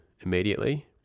immediately